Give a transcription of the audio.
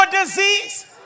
disease